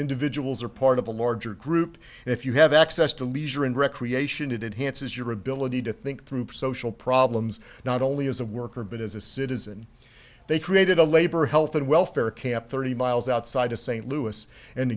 individuals are part of a larger group if you have access to leisure and recreation it enhanced as your ability to think through for so she'll problems not only as a worker but as a citizen they created a labor health and welfare camp thirty miles outside of st louis and